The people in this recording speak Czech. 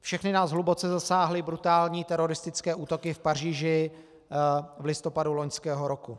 Všechny nás hluboce zasáhly brutální teroristické útoky v Paříži v listopadu loňského roku.